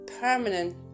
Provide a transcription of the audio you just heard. permanent